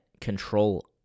control